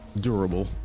durable